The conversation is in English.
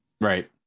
right